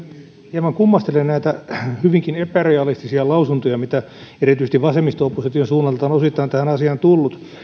hieman kummastelen näitä hyvinkin epärealistisia lausuntoja mitä erityisesti vasemmisto opposition suunnalta on osittain tähän asiaan tullut